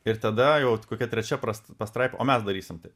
ir tada jau vat kokia trečia prast pastraipa o mes darysim taip